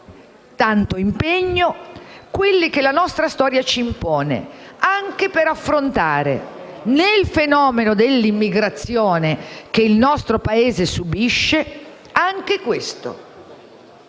tanto impegno, quello che la nostra stessa storia ci impone, per affrontare, nel fenomeno dell'immigrazione che il nostro Paese subisce, anche questo.